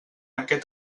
aquest